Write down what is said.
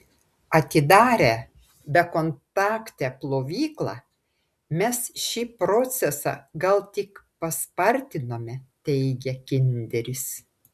atidarę bekontaktę plovyklą mes šį procesą gal tik paspartinome teigia kinderis